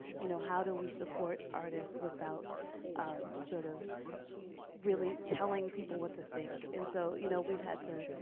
you know, how do we support artists without sort of really telling people what to think. and so, you know we've had to